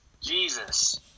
Jesus